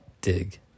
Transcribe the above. dig